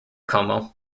como